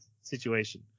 situation